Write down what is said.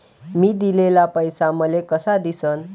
मी दिलेला पैसा मले कसा दिसन?